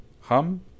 hum